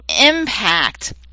impact